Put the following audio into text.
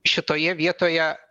šitoje vietoje